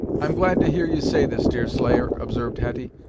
i'm glad to hear you say this, deerslayer, observed hetty,